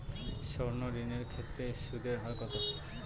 সর্ণ ঋণ এর ক্ষেত্রে সুদ এর হার কত?